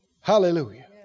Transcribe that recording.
Hallelujah